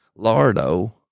Lardo